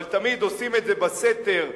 אבל תמיד עושים את זה בסתר,